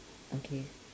okay